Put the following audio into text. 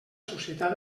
societat